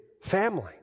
family